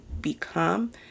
become